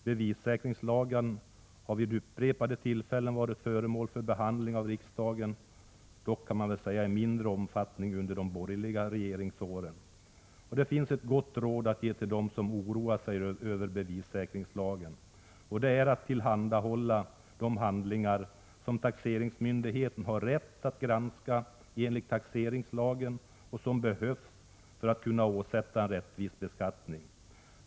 Bevissäkringslagen har vid upprepade tillfällen varit föremål för behandling av riksdagen, dock i mindre omfattning under de borgerliga regeringsåren. Det finns ett gott råd att ge till dem som oroar sig över bevissäkringslagen, och det är att de tillhandahåller de handlingar som taxeringsmyndigheten har rätt att granska enligt taxeringslagen och som behövs för att kunna åsätta en rättvis beskattning.